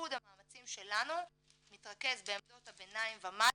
מיקוד המאמצים שלנו מתרכז בעמדות הביניים ומעלה,